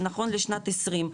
שנכון לשנת 20,